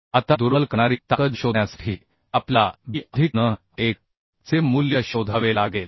आता दुर्बल करणारी ताकद शोधण्यासाठी आपल्याला b अधिक n1 चे मूल्य शोधावे लागेल